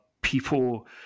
people